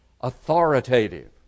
authoritative